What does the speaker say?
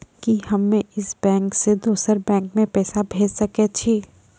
कि हम्मे इस बैंक सें दोसर बैंक मे पैसा भेज सकै छी?